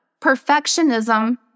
Perfectionism